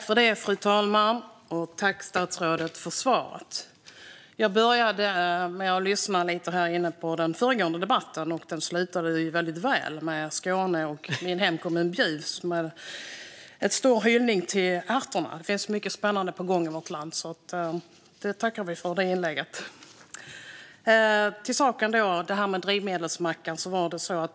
Fru talman! Tack, statsrådet, för svaret! Jag började med att lyssna lite på den föregående debatten här inne. Den slutade väldigt väl med Skåne och min hemkommun Bjuv och en stor hyllning till ärtorna. Det finns mycket spännande på gång i vårt land. Jag tackar för det inlägget. Så till saken.